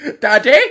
Daddy